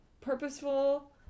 purposeful